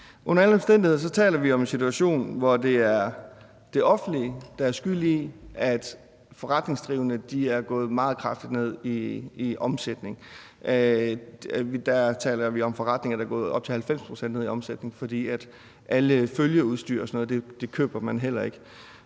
Under alle omstændigheder taler vi om en situation, hvor det er det offentlige, der er skyld i, at forretningsdrivende er gået meget kraftigt ned i omsætning. Vi taler om forretninger, der er gået op til 90 pct. ned i omsætning, fordi alt følgeudstyr osv. køber man heller ikke.